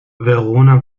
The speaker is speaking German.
verona